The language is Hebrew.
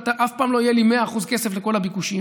כי אף פעם לא יהיה לי 100% כסף לכל הביקושים,